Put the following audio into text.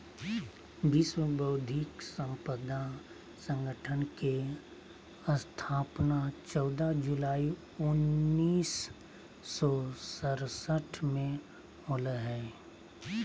विश्व बौद्धिक संपदा संगठन के स्थापना चौदह जुलाई उननिस सो सरसठ में होलय हइ